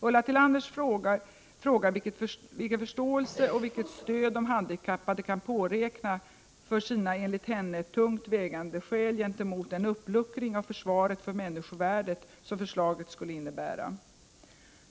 Ulla Tillander frågar vilken förståelse och vilket stöd de handikappade kan påräkna för sina, enligt henne, tungt vägande skäl gentemot den uppluckring av försvaret för människovärdet som förslaget skulle innebära.